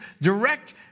direct